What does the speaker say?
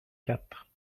quatre